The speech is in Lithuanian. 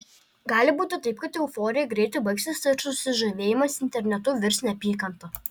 gali būti taip kad euforija greitai baigsis ir susižavėjimas internetu virs neapykanta